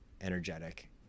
energetic